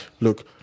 look